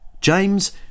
James